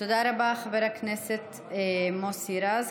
תודה רבה, חבר הכנסת מוסי רז.